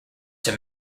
him